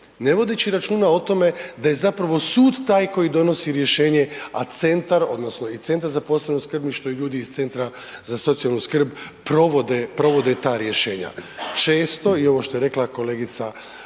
ne vodeći računa o tome da je zapravo sud taj koji donosi rješenje, a centar odnosno i Centar za posebno skrbništvo i ljudi iz Centra za socijalnu skrb provode, provode ta rješenja. Često i ovo što je rekla kolegica